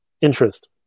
interest